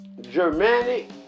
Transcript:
Germanic